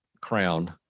crown